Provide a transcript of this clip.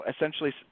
essentially